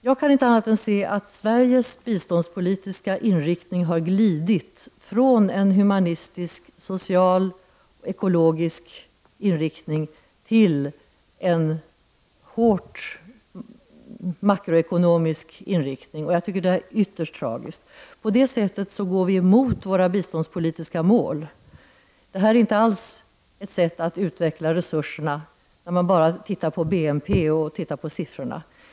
Jag kan inte se annat än att Sveriges biståndspolitik har glidit från en humanistisk, social, ekologisk inriktning till en hårt makroekonomisk sådan, och det tycker jag är ytterst tragiskt. På det sättet går vi emot våra biståndspolitiska mål. Det är inte alls ett sätt att utveckla resurser när man tittar på BNP och tittar på siffrorna.